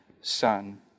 son